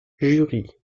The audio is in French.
jury